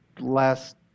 last